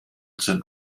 sind